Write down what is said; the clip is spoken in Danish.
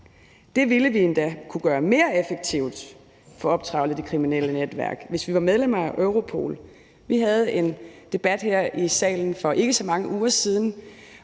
Det ville vi endda kunne gøre mere effektivt i forhold til at optrævle de kriminelle netværk, hvis vi var medlem af Europol. Vi havde en debat her i salen for ikke så mange uger siden,